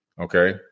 Okay